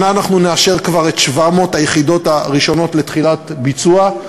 אנחנו נאשר כבר את 700 היחידות הראשונות לתחילת ביצוע,